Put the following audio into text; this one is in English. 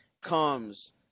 comes